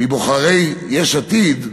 מבוחרי יש עתיד,